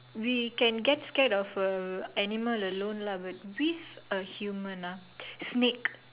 we can get scared of a animal alone lah but with a human ah snake